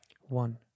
One